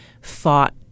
fought